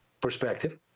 perspective